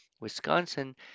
Wisconsin